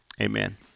amen